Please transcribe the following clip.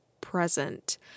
present